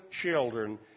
children